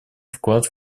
вклад